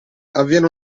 avviene